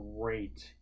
great